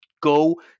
go